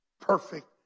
perfect